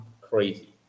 crazy